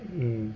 mm